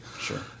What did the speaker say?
Sure